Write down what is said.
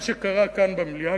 מה שקרה כאן במליאה,